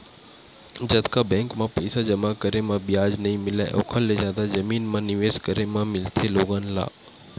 जतका बेंक म पइसा जमा करे म बियाज नइ मिलय ओखर ले जादा जमीन म निवेस करे म मिलथे लोगन ल